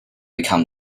become